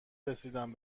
رسیدم